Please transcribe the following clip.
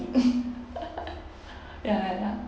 ya ya